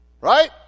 Right